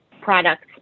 products